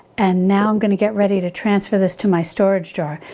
and now i'm going to get ready to transfer this to my storage jar.